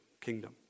kingdom